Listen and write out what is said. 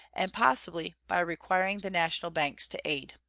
and possibly by requiring the national banks to aid.